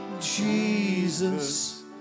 Jesus